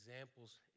examples